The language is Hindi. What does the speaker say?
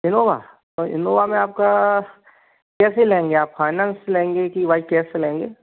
इनोवा तो इनोवा में आपका कैसे लेंगे आप फाइनैस लेंगे कि वाई कैस लेंगे